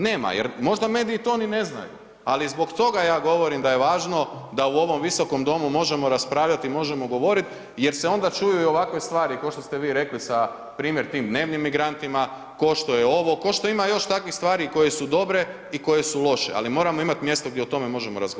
Nema, jer možda mediji to ni ne znaju, ali zbog toga ja govorim da je važno da u ovom visokom domu možemo raspravljat, možemo govorit jer se onda čuju i ovakve stvari košto ste vi rekli sa primjer tim dnevnim migrantima, košto je ovo, košto ima još takvih stvari koje su dobre i koje su loše, ali moramo imat mjesto gdje o tome možemo razgovarat.